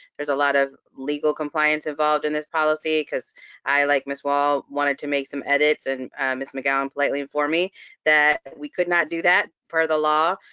there's a lot of legal compliance involved in this policy, because i, like miss wall, wanted to make some edits, and miss mcgowan politely informed me that we could not do that, per the law.